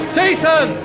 Jason